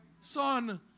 son